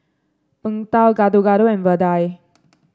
Png Tao Gado Gado and vadai